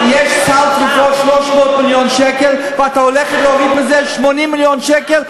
אם יש סל תרופות של 300 מיליון שקל ואת הולכת להוריד מזה 80 מיליון שקל,